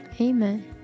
Amen